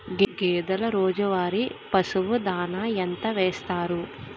గేదెల రోజువారి పశువు దాణాఎంత వేస్తారు?